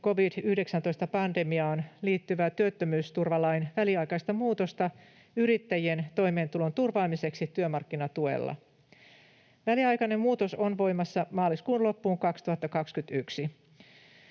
covid-19-pandemiaan liittyvää työttömyysturvalain väliaikaista muutosta yrittäjien toimeentulon turvaamiseksi työmarkkinatuella. Väliaikainen muutos on voimassa maaliskuun loppuun 2021.